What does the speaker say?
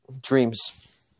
Dreams